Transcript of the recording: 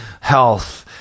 health